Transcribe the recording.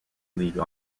league